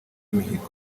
imihigo